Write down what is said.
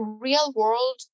real-world